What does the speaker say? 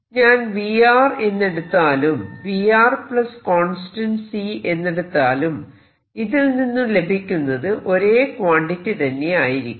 ഞാൻ V എന്ന് എടുത്താലും V കോൺസ്റ്റന്റ് എന്നെടുത്താലും ഇതിൽ നിന്നും ലഭിക്കുന്നത് ഒരേ ക്വാണ്ടിറ്റി തന്നെയായിരിക്കും